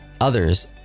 others